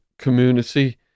community